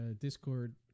discord